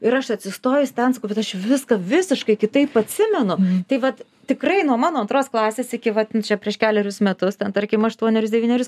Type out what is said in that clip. ir aš atsistojus ten sakau bet aš viską visiškai kitaip atsimenu tai vat tikrai nuo mano antros klasės iki vat čia prieš kelerius metus ten tarkim aštuonerius devynerius